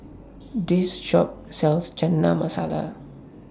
This Shop sells Chana Masala